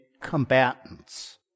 combatants